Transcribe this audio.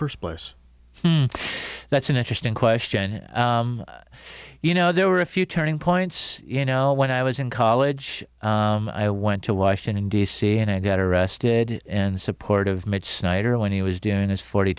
first place that's an interesting question you know there were a few turning points you know when i was in college i went to washington d c and i got arrested in support of mitch snyder when he was doing his forty